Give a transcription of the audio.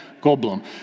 Goldblum